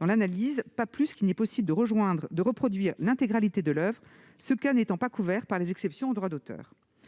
dans l'analyse, pas plus qu'il n'est possible de reproduire l'intégralité de l'oeuvre, ce cas n'étant pas couvert par les exceptions au droit d'auteur.